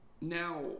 Now